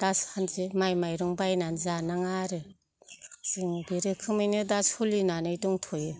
दासान्दि माइ माइरं बायनानै जानाङा आरो जों बे रोखोमैनो दा सलिनानै दंथ'यो